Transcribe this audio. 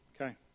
Okay